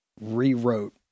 rewrote